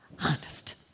Honest